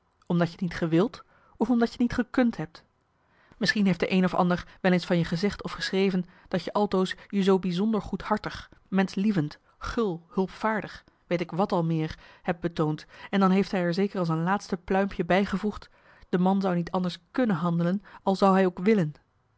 omdat je t niet gewild of omdat je t niet gekund hebt misschien heeft de een of ander wel eens van je gezegd of geschreven dat je altoos je zoo bijzonder goedhartig menschlievend gul hulpvaardig weet ik wat al meer hebt betoond en dan heeft hij er zeker als een laatste pluimpje bijgevoegd de man zou niet anders kunnen handelen al zou hij ook willen